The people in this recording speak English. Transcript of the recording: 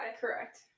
correct